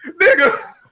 Nigga